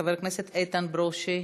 חבר הכנסת איתן ברושי,